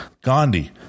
Gandhi